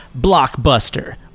Blockbuster